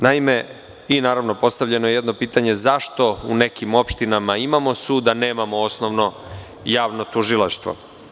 Naravno, postavljeno je jedno pitanje – zašto u nekim opštinama imamo sud, a nemamo osnovno javno tužilaštvo?